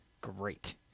Great